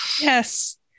Yes